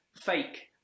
fake